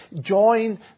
join